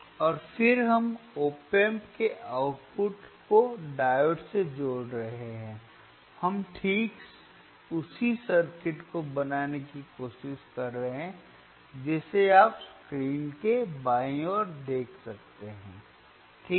और फिर हम ओप एम्प के आउटपुट को डायोड से जोड़ रहे हैं हम ठीक उसी सर्किट को बनाने की कोशिश कर रहे हैं जिसे आप स्क्रीन के बाईं ओर देख सकते हैं ठीक हैं